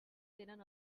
tenen